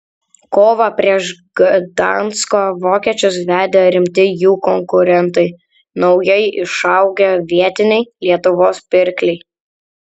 kovą prieš gdansko vokiečius vedė rimti jų konkurentai naujai išaugę vietiniai lietuvos pirkliai